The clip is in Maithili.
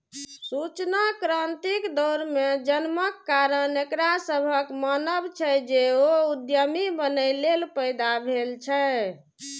सूचना क्रांतिक दौर मे जन्मक कारण एकरा सभक मानब छै, जे ओ उद्यमी बनैए लेल पैदा भेल छै